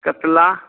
कतला